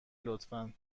لطفا